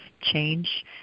change